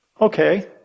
okay